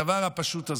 הדבר הפשוט הזה.